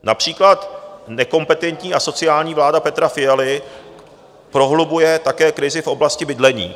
Například nekompetentní asociální vláda Petra Fialy prohlubuje také krizi v oblasti bydlení.